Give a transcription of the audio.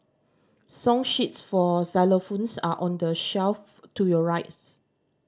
song sheets for xylophones are on the shelf to your right